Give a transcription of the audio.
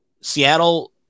Seattle